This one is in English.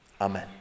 Amen